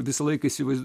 visą laiką įsivaiz